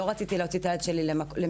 לא רציתי להוציא את הילד שלי למקלט.